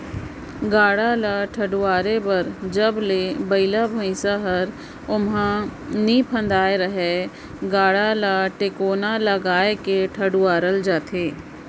गाड़ा ल ठडुवारे बर जब ले बइला भइसा हर ओमहा नी फदाय रहेए गाड़ा ल टेकोना लगाय के ठडुवारल जाथे